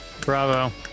Bravo